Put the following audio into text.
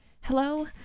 Hello